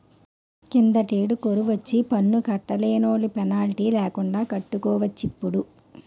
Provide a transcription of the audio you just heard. కిందటేడు కరువొచ్చి పన్ను కట్టలేనోలు పెనాల్టీ లేకండా కట్టుకోవచ్చటిప్పుడు